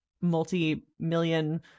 multi-million